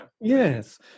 Yes